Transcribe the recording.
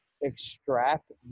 extract